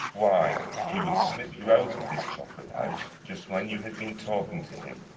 why he would slip you out of this chocolate-house, just when you had been talking to him.